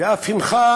ואף הנחה